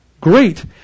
great